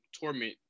torment